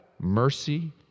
mercy